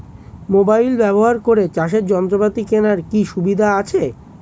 Mobile ব্যবহার করে চাষের যন্ত্রপাতি কেনার কি সুযোগ সুবিধা আছে?